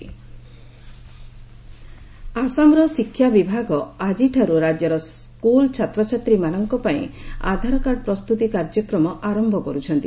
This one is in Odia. ଆଧାର ଏନ୍ରୋଲମେଣ୍ଟ ଆସାମର ଶିକ୍ଷା ବିଭାଗ ଆଜିଠାରୁ ରାଜ୍ୟର ସ୍କୁଲ ଛାତ୍ରଛାତ୍ରୀମାନଙ୍କ ପାଇଁ ଆଧାରକାର୍ଡ ପ୍ରସ୍ତୁତି କାର୍ଯ୍ୟକ୍ରମ ଆରମ୍ଭ କରୁଛନ୍ତି